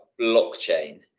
blockchain